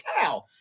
cow